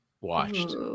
watched